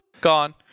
Gone